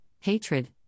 hatred